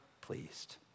pleased